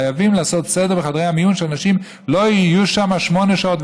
חייבים לעשות סדר בחדרי המיון כדי שאנשים לא יהיו שם שמונה שעות,